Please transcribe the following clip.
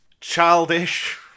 childish